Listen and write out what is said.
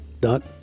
dot